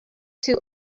too